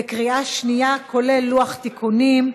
בקריאה שנייה, כולל לוח תיקונים.